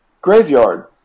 graveyard